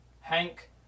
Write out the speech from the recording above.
Hank